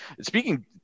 Speaking